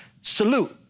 Salute